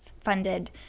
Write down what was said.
funded